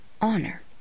honor